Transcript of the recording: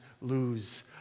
lose